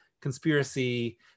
conspiracy